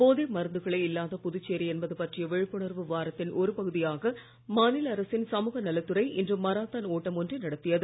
போதை மருந்துகளே இல்லாத புதுச்சேரி என்பது பற்றிய விழிப்புணர்வு வாரத்தின் ஒரு பகுதியாக மாநில அரசின் சமூக நலத்துறை இன்று மராத்தான் ஓட்டம் ஒன்றை நடத்தியது